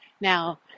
Now